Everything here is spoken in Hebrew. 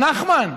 נחמן,